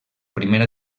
primera